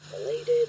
Related